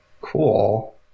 Cool